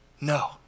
No